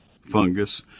fungus